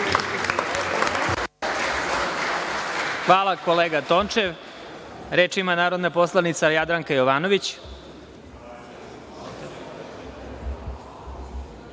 Hvala kolega Tončev. Reč ima narodna poslanica Jadranka Jovanović.